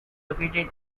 located